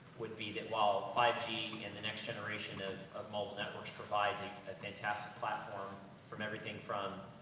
would be that while five g in the next generation of, of mobile networks provides a fantastic platform from everything, from,